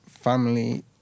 family